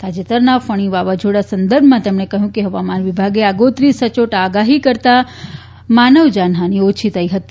તાજેતરના ફણી વાવાઝોડા સંદર્ભમાં તેમણે કહ્યું કે હવામાન વિભાગે આગોતરી સચોટ આગાહી કરતાં માનવહાની ઓછી થઇ છે